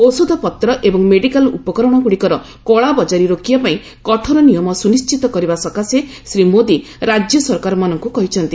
ଔଷଧପତ୍ର ଏବଂ ମେଡିକାଲ ଉପକରଣଗୁଡିକର କଳାବଜାରୀ ରୋକିବା ପାଇଁ କଠୋର ନିୟମ ସୁନିଶ୍ଚିତ କରିବା ସକାଶେ ଶ୍ରୀ ମୋଦି ରାଜ୍ୟ ସରକାରମାନଙ୍କୁ କହିଛନ୍ତି